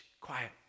quiet